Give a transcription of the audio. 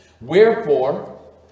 Wherefore